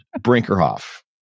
Brinkerhoff